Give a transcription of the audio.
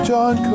John